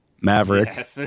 Maverick